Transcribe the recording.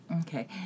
Okay